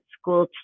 school